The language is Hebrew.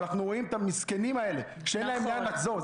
ואנחנו רואים את המסכנים האלה שאין להם לאן לחזור,